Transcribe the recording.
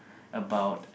about